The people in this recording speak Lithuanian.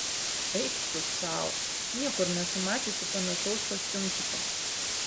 eik tu sau niekur nesu mačiusi panašaus kostiumčiko